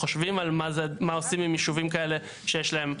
חושבים על מה עושים עם יישובים כאלה שיש להם,